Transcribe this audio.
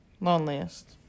loneliest